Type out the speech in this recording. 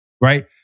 right